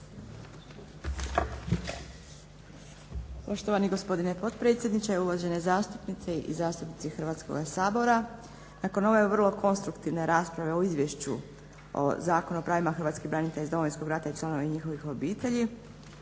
Poštovani gospodine potpredsjedniče, uvažene zastupnice i zastupnici Hrvatskoga sabora. Nakon ove vrlo konstruktivne rasprave o izvješću o zakonu o pravima hrvatskih branitelja iz Domovinskog rata i članova njihovih obitelji